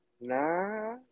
Nah